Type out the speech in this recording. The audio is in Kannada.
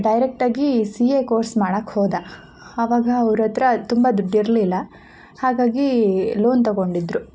ಡೈರೆಕ್ಟಾಗಿ ಸಿ ಎ ಕೋರ್ಸ್ ಮಾಡೋಕ್ ಹೋದ ಆವಾಗ ಅವ್ರ ಹತ್ತಿರ ತುಂಬ ದುಡ್ಡಿರಲಿಲ್ಲ ಹಾಗಾಗಿ ಲೋನ್ ತೊಗೊಂಡಿದ್ರು